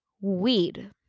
weed